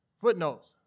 Footnotes